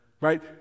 right